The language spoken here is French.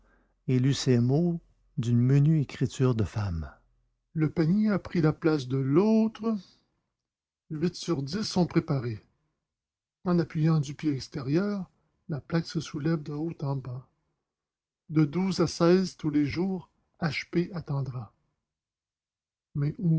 mots d'une menue écriture de femme le panier a pris la place de l'autre huit sur dix sont préparées en appuyant du pied extérieur la plaque se soulève de haut en bas de douze à seize tous les jours h p attendra mais